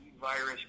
virus